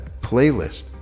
playlist